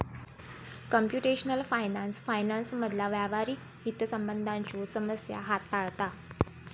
computational finance फायनान्समधला व्यावहारिक हितसंबंधांच्यो समस्या हाताळता